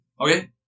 Okay